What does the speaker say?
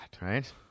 Right